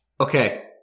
Okay